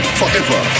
forever